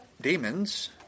demons